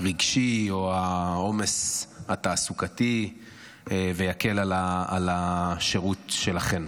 הרגשי או העומס התעסוקתי ויקל על השירות שלכם.